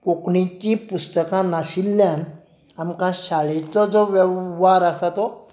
कोंकणीची पुस्तकां नाशिल्ल्यान आमकां शाळेचो जो वेव्हार आसा तो